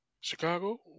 Chicago